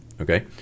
okay